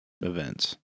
events